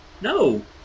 No